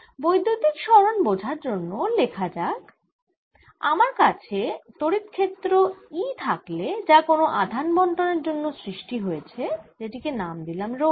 বৈদ্যুতিক সরণ বোঝার জন্য লেখা যাক যদি আমার কাছে তড়িৎ ক্ষেত্র E থাকে যা কোনো আধান বণ্টনের জন্য সৃষ্টি হয়েছে যেটিকে নাম দিলাম রো r